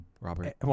Robert